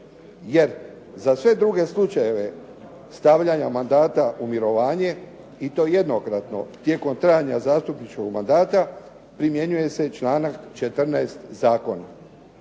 Jer za sve druge slučajeve stavljanja mandata u mirovanje i to jednokratno tijekom trajanja zastupničkog mandata primjenjuje se i članak 14. zakona.